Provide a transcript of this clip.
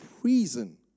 prison